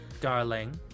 Darling